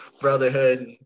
brotherhood